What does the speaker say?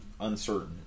uncertain